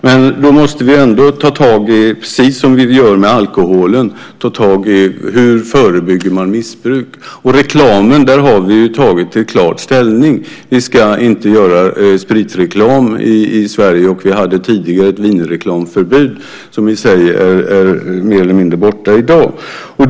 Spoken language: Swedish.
Men då måste vi, precis som vi gör med alkoholen, ta tag i hur vi förebygger missbruk. När det gäller reklamen har vi ju tagit klar ställning. Vi ska inte göra spritreklam i Sverige. Vi hade tidigare ett vinreklamförbud, som i och för sig är mer eller mindre borta i dag.